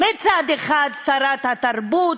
מצד אחד שרת התרבות,